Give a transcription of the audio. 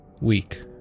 week